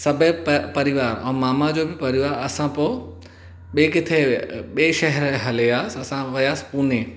सभु परिवार ऐं मामा जो बि परिवार असां पोइ ॿिए किथे अ ॿिए शहर हलियासीं असां वियासीं पूने